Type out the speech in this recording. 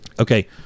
Okay